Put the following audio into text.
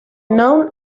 known